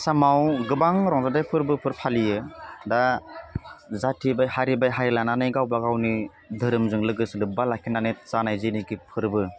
आसामाव गोबां रंजाथाइ फोरबोफोर फालियो दा जातिबाय हारिबाय हारि लानानै गावबागावनि दोहोरोमजों लोगोसे लोब्बा लाखिनानै जानाय जिनाखि फोरबो